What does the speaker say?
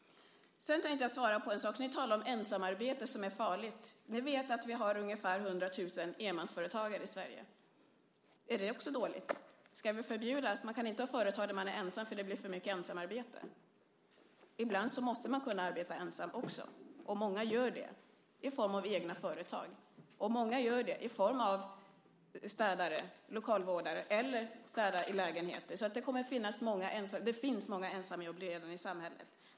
Sedan tänkte jag svara på en annan sak. Ni talar om att ensamarbete är farligt. Ni vet att vi har ungefär 100 000 enmansföretagare i Sverige. Är det också dåligt? Ska vi förbjuda det? Man kan inte ha företag när man är ensam för det blir för mycket ensamarbete. Ibland måste man kunna arbeta ensam också, och många gör det i form av egna företag. Många gör det som städare. De är lokalvårdare eller städar i lägenheter. Det finns redan många ensamma jobb i samhället.